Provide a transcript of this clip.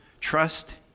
trust